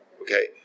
Okay